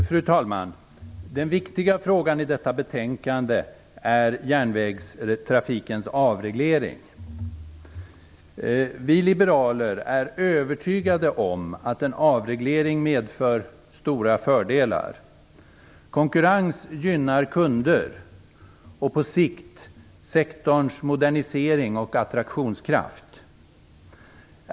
Fru talman! Den viktiga frågan i detta betänkande är järnvägstrafikens avreglering. Vi liberaler är övertygade om att en avreglering medför stora fördelar. Konkurrens gynnar kunder och på sikt sektorns modernisering och attraktionskraft.